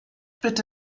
bitte